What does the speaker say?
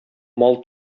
мал